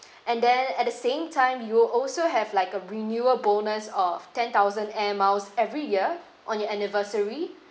and then at the same time you will also have like a renewal bonus of ten thousand air miles every year on your anniversary